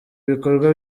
ibikorwa